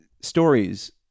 Stories